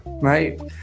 Right